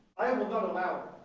i will not allow.